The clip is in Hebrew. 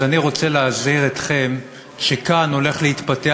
אז אני רוצה להזהיר אתכם שכאן הולך להתפתח